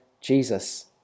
Jesus